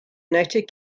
united